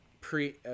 pre